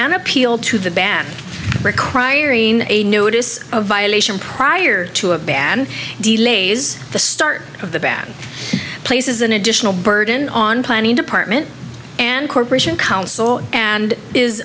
an appeal to the ban requiring a new it is a violation prior to a ban delays the start of the ban places an additional burden on planning department and corporation council and is